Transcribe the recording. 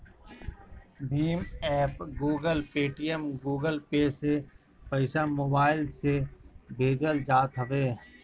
Bhim app, Google, Paytm, Google pay से पईसा mobile से भेजल जात हवे